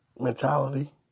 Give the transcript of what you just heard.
mentality